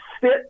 sit